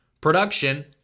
production